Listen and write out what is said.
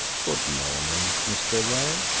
good morning, mr. ware!